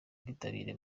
ubwitabire